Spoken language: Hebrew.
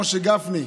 הרב משה גפני,